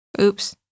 Oops